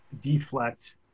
deflect